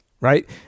right